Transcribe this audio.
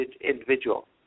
individual